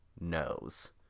knows